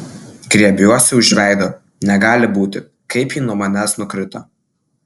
griebiuosi už veido negali būti kaip ji nuo manęs nukrito